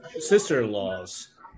sister-in-law's